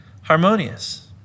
harmonious